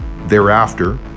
Thereafter